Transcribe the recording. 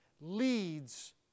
leads